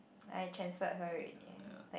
I transferred her already like